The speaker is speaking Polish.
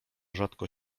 rzadko